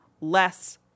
less